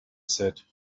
said